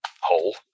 hole